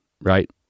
right